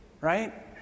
Right